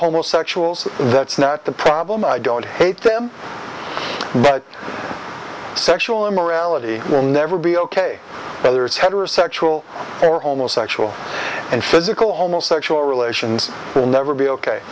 homosexuals that's not the problem i don't hate them sexual immorality will never be ok but there's heterosexual or homosexual and physical homo sexual relations will never be